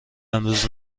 امروز